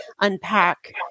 unpack